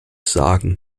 sagen